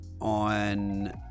on